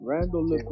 Randall